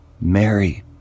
Mary